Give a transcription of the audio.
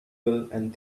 different